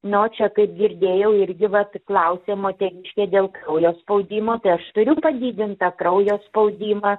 nu o čia kaip girdėjau irgi vat klausė moteriškė dėl kraujo spaudimo tai aš turiu padidintą kraujo spaudimą